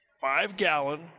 five-gallon